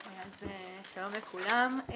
שלום לכולם.